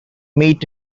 meet